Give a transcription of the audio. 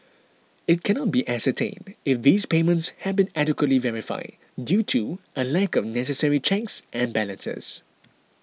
it cannot be ascertained if these payments had been adequately verified due to a lack of necessary checks and balances